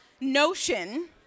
notion